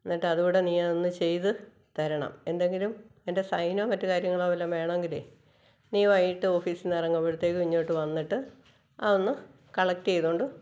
എന്നിട്ട് അതുടെ നീ ഒന്ന് ചെയ്ത് തരണം എന്തെങ്കിലും എന്റെ സൈനോ മറ്റു കാര്യങ്ങളോ വല്ലോം വേണോങ്കിലേ നീ വൈകിട്ട് ഓഫീസില് നിന്നെറങ്ങുമ്പോത്തേക്കും ഇഞൊട്ടു വന്നിട്ട് അതൊന്ന് കളക്റ്റ് ചെയ്തോണ്ട്